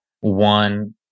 One